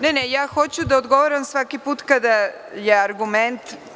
Ne, ne, ja hoću da odgovaram svaki put kada je argument.